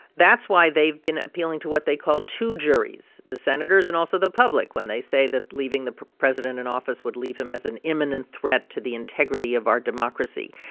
that's why they've been appealing to what they call two juries the senators and also the public when they say that leaving the president in office would leave him as an imminent threat to the integrity of our democracy.